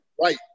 right